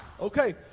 Okay